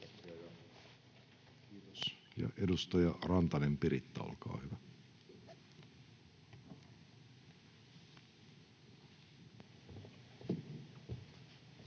Kiitos.